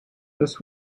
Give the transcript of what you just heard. this